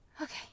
Okay